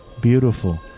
beautiful